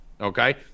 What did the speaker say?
okay